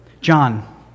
John